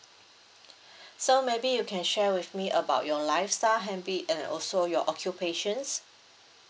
so maybe you can share with me about your lifestyle habit and also your occupations